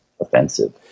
offensive